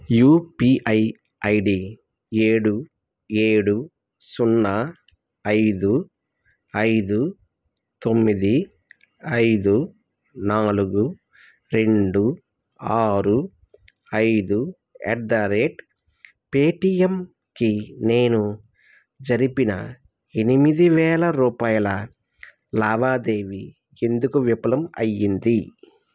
UPI ID ఏడు ఏడు సున్నా ఐదు ఐదు తొమ్మిది ఐదు నాలుగు రెండు ఆరు ఐదు ఎట్ ద రేట్ పేటీఎం కి నేను జరిపిన ఎనిమిది వేల రూపాయల లావాదేవీ ఎందుకు విఫలం అయింది